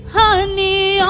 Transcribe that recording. honey